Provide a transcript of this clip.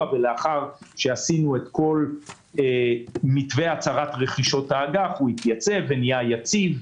ולאחר שעשינו את כל מתווה הצרת רכישות האגף הוא התייצב ונהיה יציב.